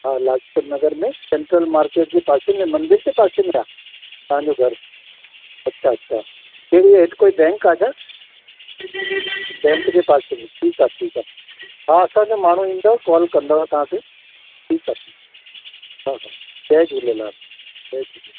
हा लाजपत नगर में central market जे पासे में मंदर जे पासे में आहे तव्हांजो घरु अच्छा अच्छा अहिड़ी हेठि कोई बैंक आहे छा बैंक जे पासे में ठीकु आहे ठीकु आहे हा असांजो माण्हू ईंदव कॉल कंदुव तव्हांखे ठीकु आहे हा हा जय झूलेलाल जय झूले